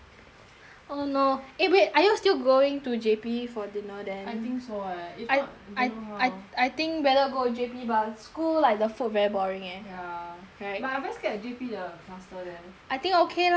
oh no eh wait are you still going to J_B for dinner there I think so eh if not I don't how I I I think better go J_B but school like the food very boring eh ya correct but I very scared J_B the cluster there I think okay lah like